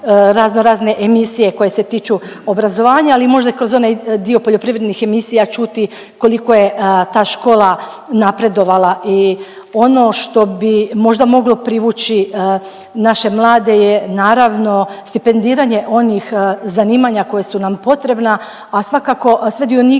raznorazne emisije koje se tiču obrazovanja, ali možda i kroz onaj dio poljoprivrednih emisija čuti koliko je ta škola napredovala. I ono što bi možda moglo privući naše mlade je naravno stipendiranje onih zanimanja koja su nam potrebna, a svakako sve dionike